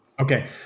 okay